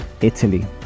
italy